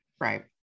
right